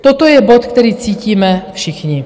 Toto je bod, který cítíme všichni.